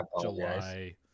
July